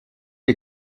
est